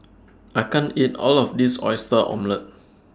I can't eat All of This Oyster Omelette